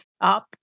up